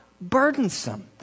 burdensome